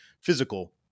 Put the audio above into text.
physical